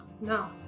No